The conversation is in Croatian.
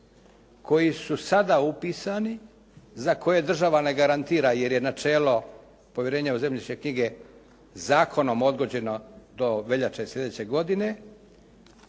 koji su sada upisani za koje država ne garantira jer je načelo povjerenja u zemljišne knjige zakonom odgođeno do veljače sljedeće godine,